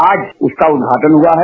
आज उसका उद्घाटन हुआ है